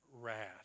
wrath